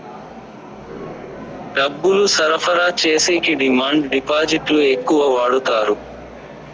డబ్బులు సరఫరా చేసేకి డిమాండ్ డిపాజిట్లు ఎక్కువ వాడుతారు